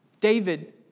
David